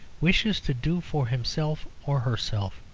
wishes to do for himself or herself.